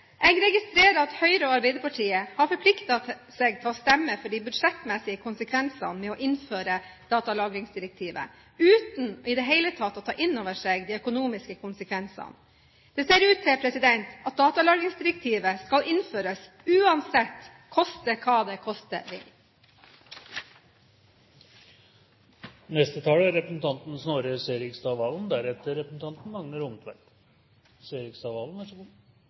Jeg registrerer at Høyre og Arbeiderpartiet har forpliktet seg til å stemme for de budsjettmessige konsekvensene med å innføre datalagringsdirektivet, uten i det hele tatt å ta inn over seg de økonomiske konsekvensene. Det ser ut til at datalagringsdirektivet skal innføres uansett, koste hva det koste vil. Det er